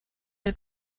del